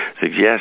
suggest